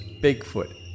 Bigfoot